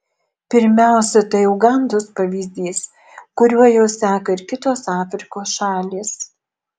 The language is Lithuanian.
pirmiausia tai ugandos pavyzdys kuriuo jau seka ir kitos afrikos šalys